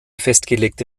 festgelegte